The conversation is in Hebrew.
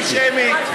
שמית.